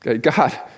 God